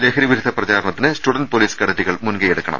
ലഹരി വിരുദ്ധ പ്രചാരണത്തിന് സ്റ്റുഡന്റ് പൊലീസ് കേഡറ്റുകൾ മുൻകൈയെടുക്കണം